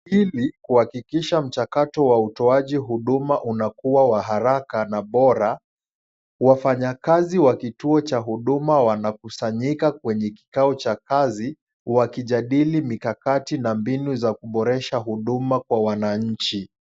Ili kuhakikisha mchakato wa utoaji huduma unakua wa haraka na bora, wafanyakazi wa kituo cha huduma wanakusanyika kwenye kikao cha kazi, wakijadili mikakati na mbinu za kuboresha huduma kwa wananchi.